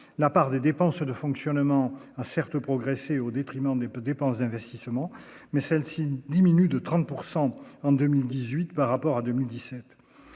la part des dépenses de fonctionnement, a certes progressé au détriment des peu dépenses d'investissement, mais celle-ci diminue de 30 pourcent en 2018 par rapport à 2017